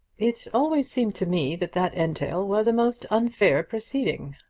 it always seemed to me that that entail was a most unfair proceeding.